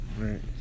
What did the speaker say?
Right